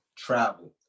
travel